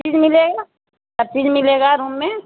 چیز ملے گا سب چیز ملے گا روم میں